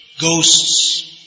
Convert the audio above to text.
ghosts